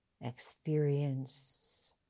experience